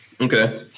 okay